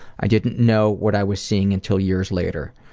i didn't know what i was seeing until years later.